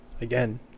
again